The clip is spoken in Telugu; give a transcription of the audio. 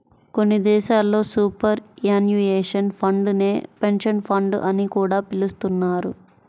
కొన్ని దేశాల్లో సూపర్ యాన్యుయేషన్ ఫండ్ నే పెన్షన్ ఫండ్ అని కూడా పిలుస్తున్నారు